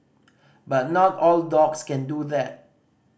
but not all dogs can do that